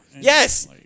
Yes